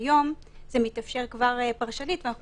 שהיום זה מתאפשר כבר פרשנית ואנחנו